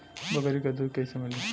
बकरी क दूध कईसे मिली?